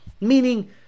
Meaning